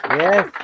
yes